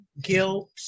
guilt